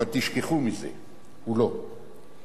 אבל תשכחו מזה, הוא לא.